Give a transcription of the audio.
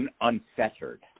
unfettered